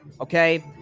Okay